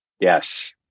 Yes